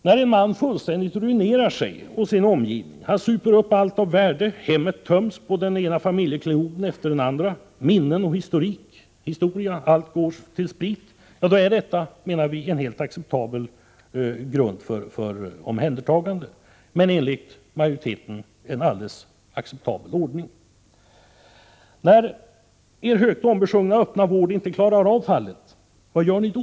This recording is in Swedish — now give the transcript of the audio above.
När en man fullständigt ruinerar sig och sin omgivning, super upp allt av värde, tömmer hemmet på den ena familjeklenoden efter den andra, på minnen och historia, när allt går till sprit, är det en helt acceptabel grund för omhändertagande, men enligt majoriteten är det en helt acceptabel ordning. När er högt ombesjungna öppna vård inte klarar av fallet, vad gör ni då?